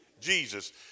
Jesus